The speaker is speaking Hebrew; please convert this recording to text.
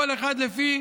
כל אחד לפי